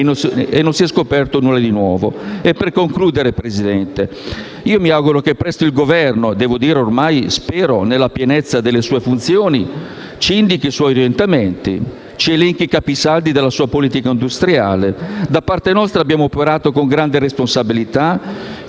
e non si è scoperto nulla di nuovo. Per concludere, signor Presidente, mi auguro che presto il Governo - che spero sia ormai nella pienezza delle sue funzioni - ci indichi suoi orientamenti e ci elenchi i capisaldi della sua politica industriale. Da parte nostra abbiamo operato con grande responsabilità,